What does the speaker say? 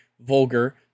vulgar